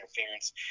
interference